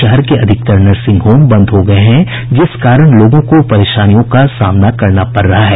शहर के अधिकांश नर्सिंग होम बंद हो गये हैं जिस कारण लोगों को परेशानियों का सामना करना पड़ रहा है